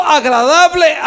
agradable